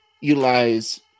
utilize